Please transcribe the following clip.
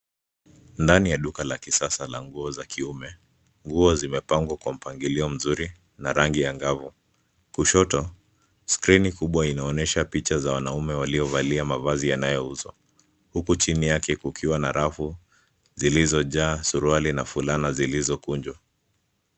Ndani ya duka la kisasa la nguo za kiume, nguo zimepangwa kwa mpangilio mzuri na rangi angavu. Kushoto, skrini kubwa inaonyesha picha za wanaume waliovalia mavazi yanayouzwa, huku chini yake kukiwa na rafu zilizojaa suruali na fulana zilizokunjwa.